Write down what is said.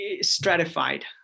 stratified